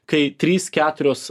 kai trys keturios